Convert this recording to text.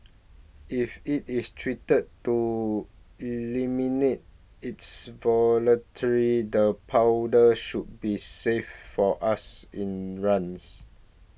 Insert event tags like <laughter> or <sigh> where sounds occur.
if it is treated to eliminate its <unintelligible> the powder should be safe for us in runs